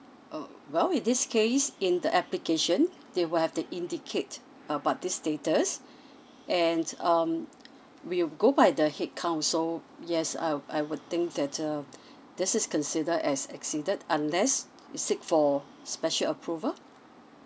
oh well in this case in the application they will have to indicate about this status and um we'll go by the headcount so yes I'd I would think that uh this is considered as exceeded unless you seek for special approval